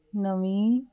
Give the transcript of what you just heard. ਨਵੀਂ